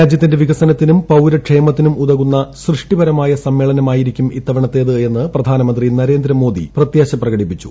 രാജ്യത്തിന്റെ വികസനത്തിനും പൌരക്ഷേമത്തിനും ഉതകുന്ന സൃഷ്ടിപരമായ സമ്മേളനമായിരിക്കും ഇത്തവണത്തേത് എന്ന് പ്രധാനമന്ത്രി നരേന്ദ്രമോദി പ്രത്യാശ പ്രകടിപ്പിച്ചു